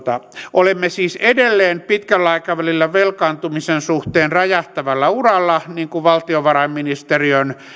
olemme siis edelleen pitkällä aikavälillä velkaantumisen suhteen räjähtävällä uralla niin kuin valtiovarainministeriön